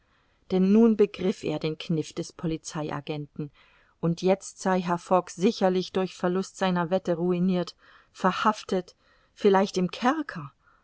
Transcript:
denn nun begriff er den kniff des polizei agenten und jetzt sei herr fogg sicherlich durch verlust seiner wette ruinirt verhaftet vielleicht im kerker